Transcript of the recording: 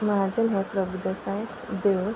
महाजन हे प्रभुदेसाय देव